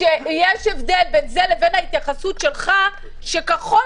יש הבדל בין זה לבין ההתייחסות שלך שכחול